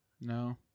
No